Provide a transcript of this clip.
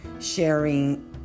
sharing